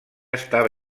estava